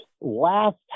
last